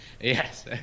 Yes